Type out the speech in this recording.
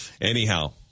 Anyhow